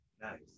Nice